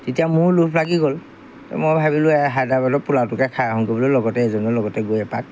তেতিয়া মোৰ লোভ লাগি গ'ল মই ভাবিলোঁ এই হায়দৰাবাদৰ পোলাওটোকে খাই আহোঁগৈ বুলি লগতে এজনৰ লগতে গৈ এপাক